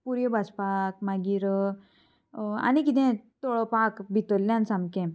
पुऱ्यो भाजपाक मागीर आनी किदें तळोपाक भितरल्यान सामकें